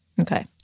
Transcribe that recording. okay